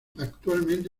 actualmente